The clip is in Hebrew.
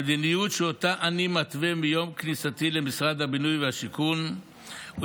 המדיניות שאותה אני מתווה מיום כניסתי למשרד הבינוי והשיכון היא